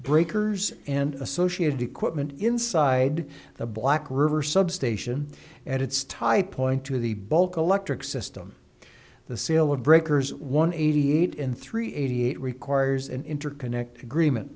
breakers and associated equipment inside the black river substation at its tie point to the bulk of electric system the sale of breakers one eighty eight and three eighty eight requires an interconnected agreement